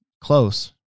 close